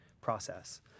process